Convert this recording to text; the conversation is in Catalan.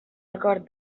acord